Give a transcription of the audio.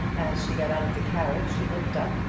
as she got out of the carriage, she looked up,